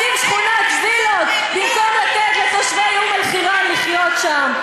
רוצים שכונת וילות במקום לתת לתושבי אום-אלחיראן לחיות שם.